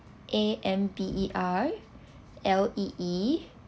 A M B E R L E E